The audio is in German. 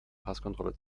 passkontrolle